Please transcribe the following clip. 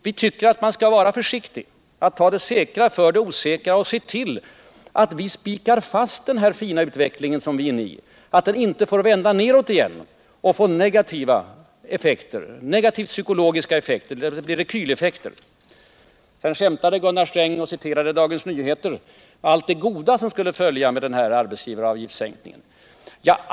Vi tycker att man skall vara försiktig, ta det säkra för det osäkra och se till att vi spikar fast den fina utveckling som vi nu är inne i, så att den inte vänder nedåt igen och får negativa psykologiska effekter, rekyleffekter. Sedan skämtade Gunnar Sträng och citerade ur Dagens Nyheter allt det goda som skulle följa med arbetsgivaravgiftssänkningen.